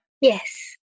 Yes